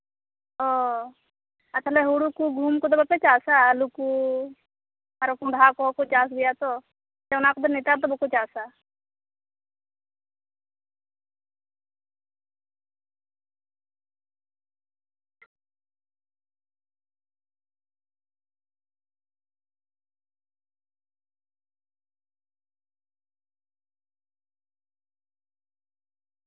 ᱚ ᱟᱨ ᱛᱟᱞᱦᱮ ᱦᱩᱲᱩ ᱠᱚ ᱜᱩᱦᱩᱢ ᱠᱚᱫᱚ ᱵᱟᱯᱮ ᱪᱟᱥᱟ ᱟᱹᱞᱩ ᱠᱚ ᱟᱨ ᱵᱟᱝᱠᱷᱟᱱ ᱠᱚᱸᱰᱷᱟ ᱠᱚᱦᱚᱸ ᱠᱚ ᱪᱟᱥ ᱜᱮᱭᱟ ᱛᱚ ᱥᱮ ᱚᱱᱟ ᱠᱚᱫᱚ ᱱᱮᱛᱟᱨ ᱫᱚ ᱵᱟᱠᱚ ᱪᱟᱥᱟ